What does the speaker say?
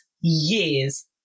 years